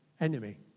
enemy